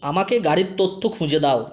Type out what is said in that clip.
আমাকে গাড়ির তথ্য খুঁজে দাও